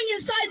inside